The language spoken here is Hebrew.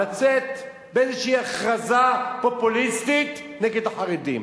לצאת באיזו הכרזה פופוליסטית נגד החרדים.